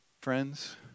friends